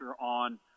on